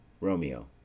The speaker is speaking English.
Romeo